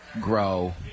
grow